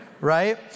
right